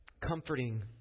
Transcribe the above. Comforting